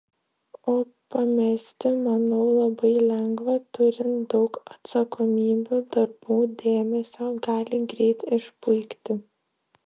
o pamesti manau labai lengva turint daug atsakomybių darbų dėmesio gali greit išpuikti